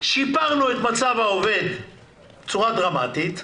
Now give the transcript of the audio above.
שיפרנו את מצב העובד בצורה דרמטית,